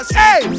hey